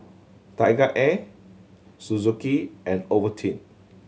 TigerAir Suzuki and Ovaltine